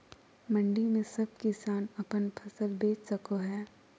मंडी में सब किसान अपन फसल बेच सको है?